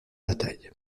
bataille